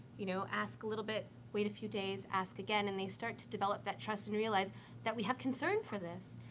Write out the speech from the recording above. you know, ask a little, wait a few days, ask again, and they start to develop that trust and realize that we have concern for this.